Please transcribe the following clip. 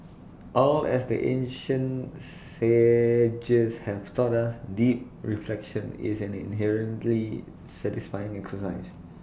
all as the ancient sages have taught us deep reflection is an inherently satisfying exercise